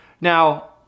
Now